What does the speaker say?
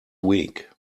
week